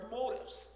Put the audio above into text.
motives